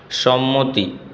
সম্মতি